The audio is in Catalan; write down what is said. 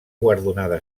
guardonada